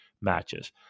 matches